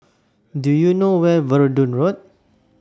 Do YOU know Where Verdun Road